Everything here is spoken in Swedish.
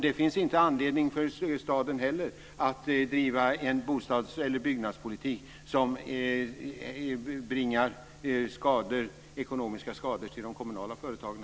Det finns inte heller anledning för staden att bedriva en byggnadspolitik som bringar ekonomiska skador för de kommunala företagen.